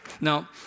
Now